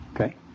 Okay